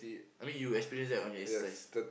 I mean you experience that on your exercise